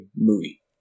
movie